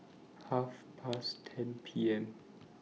Half Past ten P M